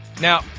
Now